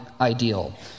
ideal